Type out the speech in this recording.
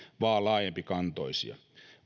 vaan laajempikantoisia